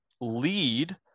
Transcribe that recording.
lead